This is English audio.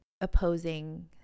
opposing